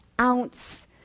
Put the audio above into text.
ounce